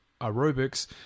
aerobics